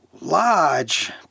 large